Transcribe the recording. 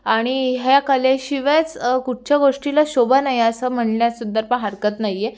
आणि ह्या कले शिवेच कुठच्या गोष्टीला शोभा नाही असं म्हणल्याससुद्धा पण हरकत नाही आहे